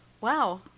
Wow